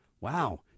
Wow